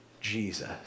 Jesus